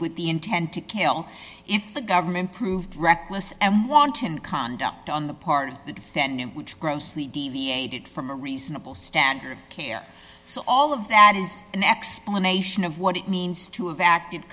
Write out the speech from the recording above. with the intent to kill if the government proved reckless and wanton conduct on the part of the defendant which grossly deviated from a reasonable standard of care so all of that is an explanation of what it means to evacuate